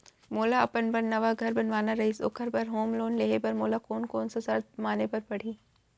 मोला अपन बर नवा घर बनवाना रहिस ओखर बर होम लोन लेहे बर मोला कोन कोन सा शर्त माने बर पड़ही?